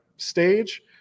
stage